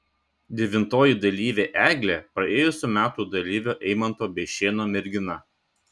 devintoji dalyvė eglė praėjusių metų dalyvio eimanto bešėno mergina